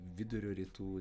vidurio rytų